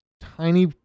tiny